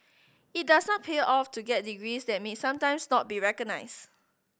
it does not pay off to get degrees that may sometimes not be recognised